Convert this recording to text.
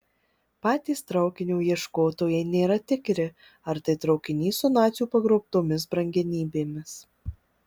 patys traukinio ieškotojai nėra tikri ar tai traukinys su nacių pagrobtomis brangenybėmis